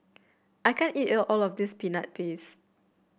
I can't eat all of this Peanut Paste